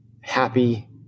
happy